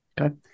Okay